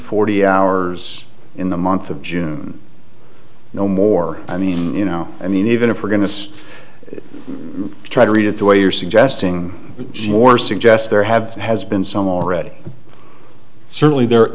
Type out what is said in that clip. forty hours in the month of june no more i mean you know i mean even if we're going to try to read it the way you're suggesting more suggests there have has been some already certainly there